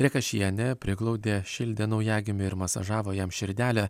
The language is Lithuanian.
rekašienė priglaudė šildė naujagimį ir masažavo jam širdelę